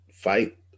Fight